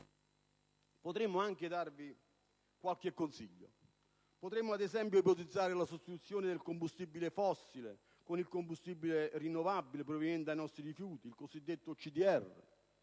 Potremmo anche darvi qualche consiglio, ipotizzando ad esempio la sostituzione del combustibile fossile con il combustibile rinnovabile proveniente dai nostri rifiuti, il cosiddetto CDR.